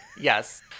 Yes